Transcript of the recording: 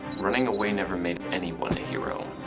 running away never made anyone a hero.